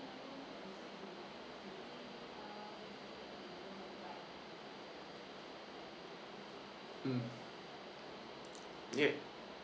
mm ya